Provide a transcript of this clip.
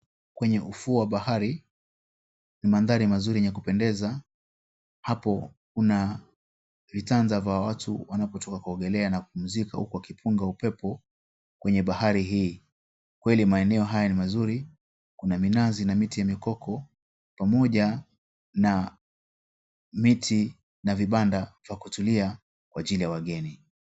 Kwenye ufuo wa bahari ni mandhari mazuri ya kupendeza. Hapo kuna vitanda vya watu wanapotoka kuogelea na kupumzika huku wakipunga upepo kwenye bahari hii. Kweli maeneo haya ni mazuri kuna minazi na miti ya mikoko pamoja na miti na vibanda vya kutulia kwa ajili ya wageni.